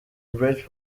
bright